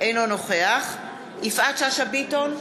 אינו נוכח יפעת שאשא ביטון,